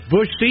Bush